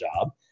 job